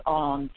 on